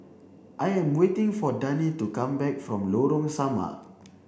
I am waiting for Dani to come back from Lorong Samak